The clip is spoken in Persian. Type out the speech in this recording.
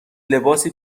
لباسی